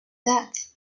death